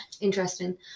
interesting